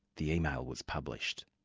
the email was published.